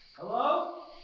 hello?